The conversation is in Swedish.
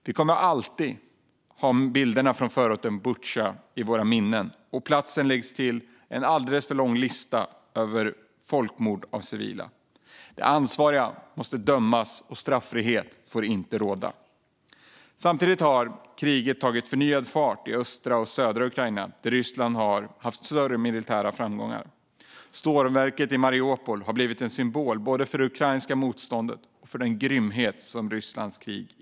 Vi kommer för alltid att ha bilderna från förorten Butja i våra minnen, och platsen läggs till på en alldeles för lång lista över folkmord av civila. De ansvariga måste dömas. Straffrihet får inte råda. Samtidigt har kriget tagit förnyad fart i östra och södra Ukraina, där Ryssland haft större militär framgång. Stålverket i Mariupol har blivit en symbol både för det ukrainska motståndet och för grymheten i Rysslands krig.